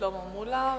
שלמה מולה.